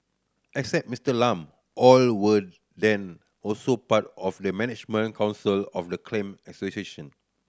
except Miser Lam all were also part of the management council of the clan association